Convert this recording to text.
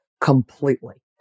Completely